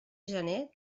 gener